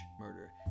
murder